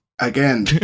again